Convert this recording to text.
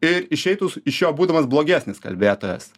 ir išeitų iš jo būdamas blogesnis kalbėtojas